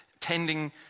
tending